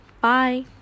Bye